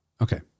okay